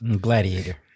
Gladiator